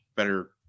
Better